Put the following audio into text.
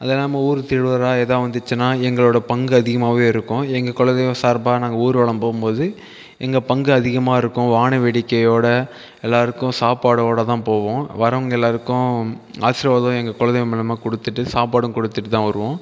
அது இல்லாமல் ஊர் திருவிழா ஏதா வந்துச்சுன்னால் எங்களோடய பங்கு அதிகமாகவே இருக்கும் எங்கள் குல தெய்வம் சார்பாக நாங்கள் ஊர்வலம் போகும்போது எங்கள் பங்கு அதிகமாக இருக்கும் வாண வேடிக்கையோடு எல்லோருக்கும் சாப்பாடோடு தான் போவோம் வரவங்கள் எல்லோருக்கும் ஆசிர்வாதம் எங்கள் குல தெய்வம் மூலமாக கொடுத்துட்டு சாப்பாடும் கொடுத்துட்டுதான் வருவோம்